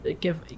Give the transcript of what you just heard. give